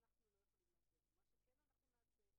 שפה אנחנו לא מתעסקים בסתם אזרחים,